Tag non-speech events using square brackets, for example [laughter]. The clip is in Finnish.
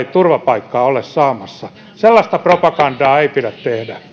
[unintelligible] turvapaikkaa ole saamassa sellaista propagandaa ei pidä tehdä